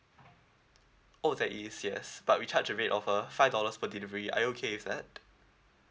oh there is yes but we charge a rate of err five dollars per delivery are you okay with that